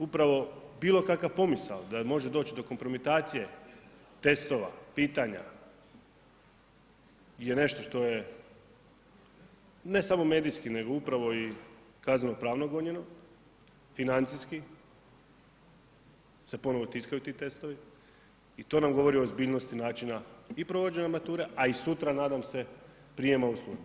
Upravo bilo kakva pomisao da može doći do kompromitacije testova, pitanja je nešto što je, ne samo medijski, nego upravo i kazneno pravno gonjeno, financijski se ponovo tiskaju ti testovi i to nam govori o ozbiljnosti načina i provođenja mature, a i sutra, nadam se, prijema u službu.